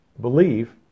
believe